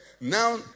Now